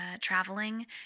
traveling